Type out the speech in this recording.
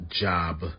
job